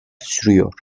sürüyor